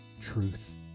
Truth